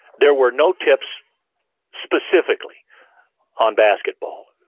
there were no tips specifically on basketball.